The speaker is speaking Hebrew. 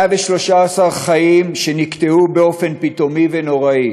113 חיים שנקטעו באופן פתאומי ונורא,